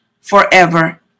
forever